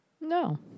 No